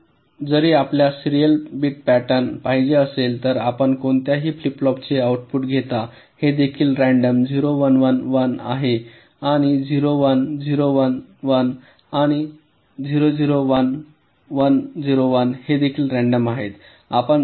तर जरी आपल्यास सिरीयल बिट पॅटर्न पाहिजे असेल तर आपण कोणत्याही फ्लिप फ्लॉपचे आउटपुट घेता हे देखील रँडम 0 1 1 1 आहे आणि 0 1 0 1 1 आणि 0 0 1 1 0 1 हे देखील रँडम आहे